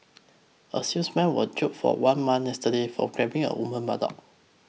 a salesman was jailed for one month yesterday for grabbing a woman's buttock